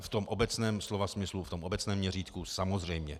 V tom obecném slova smyslu, v tom obecné měřítku, samozřejmě.